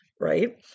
Right